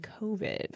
COVID